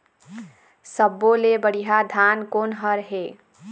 सब्बो ले बढ़िया धान कोन हर हे?